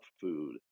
food